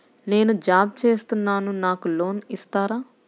నేను జాబ్ చేస్తున్నాను నాకు లోన్ ఇస్తారా?